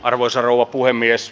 arvoisa rouva puhemies